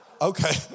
Okay